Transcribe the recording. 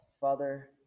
Father